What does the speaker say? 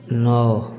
ନଅ